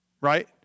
right